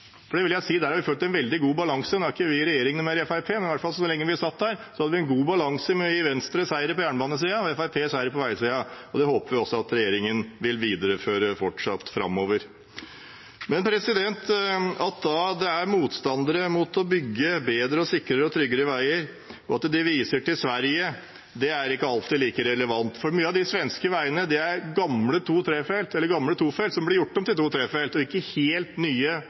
ikke Fremskrittspartiet mer i regjering, men så lenge vi satt der, hadde vi en god balanse med å gi Venstre seire på jernbanesiden og Fremskrittspartiet seire på veisiden. Det håper vi også regjeringen vil videreføre framover. At det er motstandere mot å bygge bedre, sikrere og tryggere veier, og at de viser til Sverige, er ikke alltid like relevant. Mange av de svenske veiene er gamle tofelts som er blitt gjort om til to-/trefelts. Det er ikke helt nye